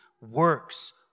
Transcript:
works